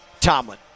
Tomlin